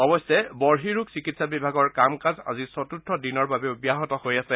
অৱশ্যে বহিঃৰোগ চিকিৎসা বিভাগৰ কাম কাজ আজি চতুৰ্থ দিনৰ বাবে ব্যাহত হৈ আছে